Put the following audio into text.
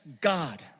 God